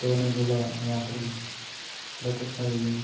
തോണിയിലുള്ള യാത്രയും ഇതൊക്കെ കഴിഞ്ഞ്